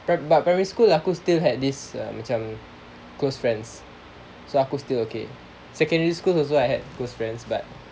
but primary school lah aku still had this macam close friends so aku still okay secondary school also I had close friends but